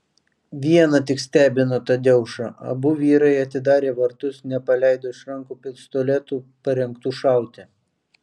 viena tik stebino tadeušą abu vyrai atidarę vartus nepaleido iš rankų pistoletų parengtų šauti